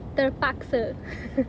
terpaksa